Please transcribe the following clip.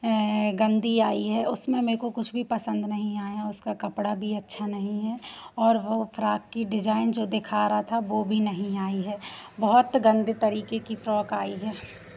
गंदी आई है उसमें मेरे को कुछ भी पसंद नहीं आया उसका कपड़ा भी अच्छा नहीं है और वो फ़्रॉक की डिज़ाइन जो देखा रहा था वो भी नहीं आई है बहुत गंदे तरीके की फ़्रॉक आई है